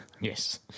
Yes